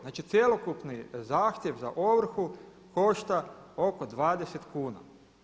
Znači cjelokupni zahtjev za ovrhu košta oko 20 kuna.